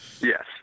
Yes